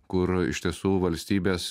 kur iš tiesų valstybės